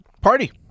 Party